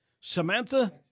Samantha